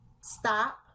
stop